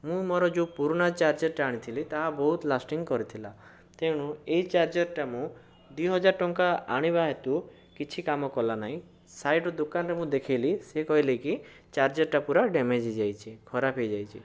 ମୁଁ ମୋର ଯେଉଁ ପୁରୁଣା ଚାର୍ଜରଟା ଆଣିଥିଲି ତାହା ବହୁତ୍ ଲାସ୍ଟିଂ କରିଥିଲା ତେଣୁ ଏଇ ଚାର୍ଜରଟା ମୁଁ ଦୁଇ ହଜାର ଟଙ୍କା ଆଣିବା ହେତୁ କିଛି କାମ କଲା ନାଇଁ ସାଇଟ୍ ଦୋକାନରେ ମୁଁ ଦେଖେଇଲି ସେ କହିଲେ କି ଚାର୍ଜରଟା ପୁରା ଡ଼୍ୟାମେଜ୍ ହୋଇଯାଇଛି ଖରାପ ହୋଇଯାଇଛି